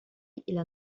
إلى